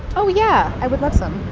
oh, yeah. i would love some.